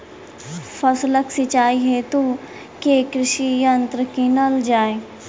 फसलक सिंचाई हेतु केँ कृषि यंत्र कीनल जाए?